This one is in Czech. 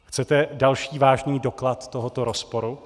Chcete další vážný doklad tohoto rozporu?